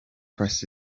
press